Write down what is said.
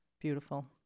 beautiful